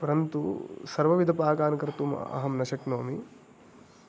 परन्तु सर्वविधपाकान् कर्तुम् अहं न शक्नोमि